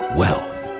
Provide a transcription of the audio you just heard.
wealth